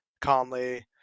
Conley